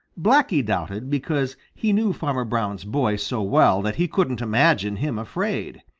blacky doubted because he knew farmer brown's boy so well that he couldn't imagine him afraid.